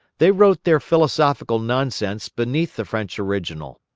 they wrote their philosophical nonsense beneath the french original.